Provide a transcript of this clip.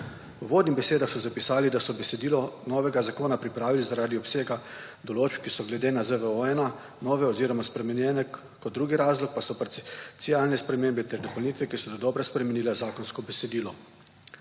V uvodnih besedah so zapisali, da so besedilo novega zakona pripravili zaradi obsega določb, ki so glede na ZVO-1 nove oziroma spremenjene, drugi razlog pa so parcialne spremembe ter dopolnitve, ki so dodobra spremenile zakonsko besedilo.